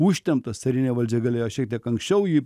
užtemptas carinė valdžia galėjo šiek tiek anksčiau jį